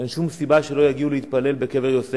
אין שום סיבה שלא יגיעו להתפלל בקבר-יוסף.